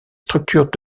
structures